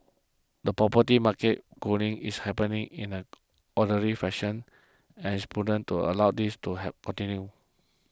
the property market cooling is happening in an orderly fashion and it is prudent to allow this to have continue